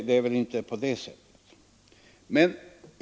Det är inte på det sättet.